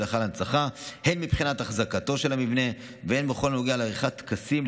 היכל ההנצחה הן מבחינת אחזקתו של המבנה והן בכל הנוגע לעריכת טקסים,